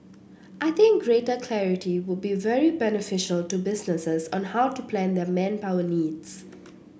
I think greater clarity would be very beneficial to businesses on how to plan their manpower needs